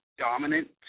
dominant